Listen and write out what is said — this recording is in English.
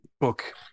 book